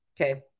Okay